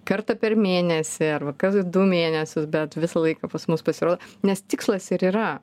kartą per mėnesį arba kas du mėnesius bet visą laiką pas mus pasirodo nes tikslas ir yra